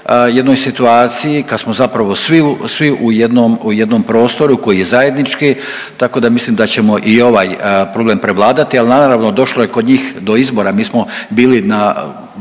jednoj situaciji kad smo zapravo svi u jednom prostoru koji je zajednički, tako da mislim da ćemo i ovaj problem prevladati, ali naravno, došlo je kod njih do izbora. Mi smo bili na